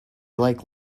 like